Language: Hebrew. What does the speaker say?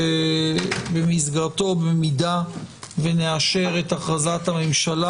שבמסגרתו באם נאשר את הכרזת הממשלה,